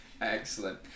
excellent